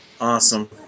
awesome